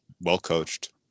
Well-coached